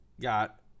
got